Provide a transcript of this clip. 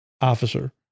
officer